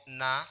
na